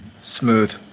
Smooth